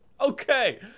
Okay